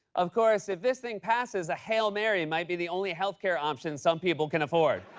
of course, if this thing passes, a hail mary might be the only health care option some people can afford.